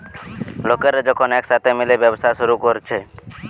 লোকরা যখন একসাথে মিলে ব্যবসা শুরু কোরছে